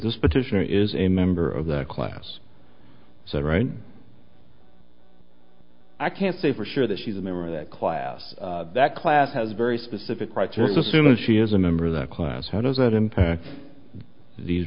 this petitioner is a member of the class so right i can't say for sure that she's a member of that class that class has very specific criteria so soon as she is a member of that class how does that impact these